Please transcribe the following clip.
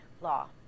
law